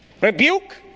rebuke